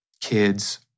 kids